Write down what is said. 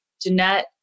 Jeanette